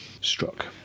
struck